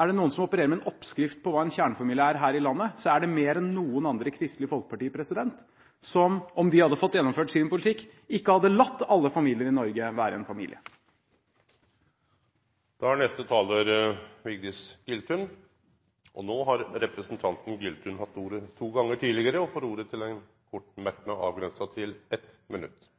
Er det noen som opererer med en oppskrift på hva en kjernefamilie er her i landet, er det mer enn noen andre Kristelig Folkeparti, som – om de hadde fått gjennomført sin politikk – ikke hadde latt alle familier i Norge være en familie. Representanten Vigdis Giltun har hatt ordet to gonger tidlegare og får ordet til ein kort merknad, avgrensa til 1 minutt.